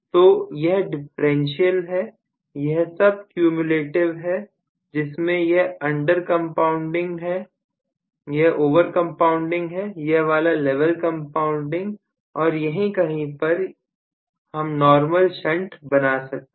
तो यह डिफरेंशियल है यह सब कम्युलेटिव हैं जिसमें यह अंडर कंपाउंडिंग है यह ओवर कंपाउंडिंग है यह वाला लेवल कंपाउंडिंग और यहीं कहीं पर हम नॉर्मल शंट बना सकते हैं